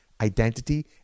identity